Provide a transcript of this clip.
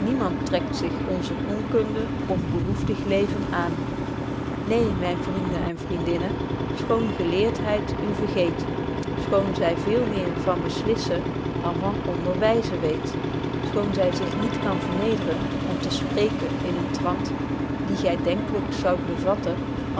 trekt zich onzer onkunde of behoeftig leven aan neen myn vrienden en vriendinnen schoon geleerdheid u vergeet schoon zy veel meer van beslissen dan van onderwyzen weet schoon zy zich niet kan verned'ren om te spreken in een trant dien gy denklyk zoud bevatten